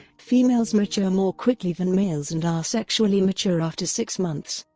females mature more quickly than males and are sexually mature after six months.